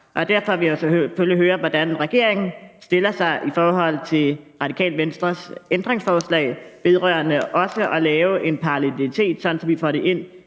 Derfor vil jeg selvfølgelig høre, hvordan regeringen stiller sig i forhold til Radikale Venstres ændringsforslag vedrørende også at lave en parallelitet, sådan at vi får det ind